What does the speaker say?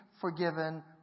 forgiven